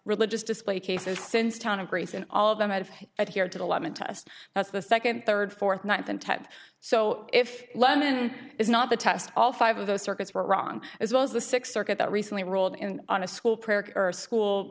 religious display cases since town of grace and all of them have it here to the lemon test that's the second third fourth ninth and tenth so if lemon is not the test all five of those circuits were wrong as well as the sixth circuit that recently rolled in on a school prayer or school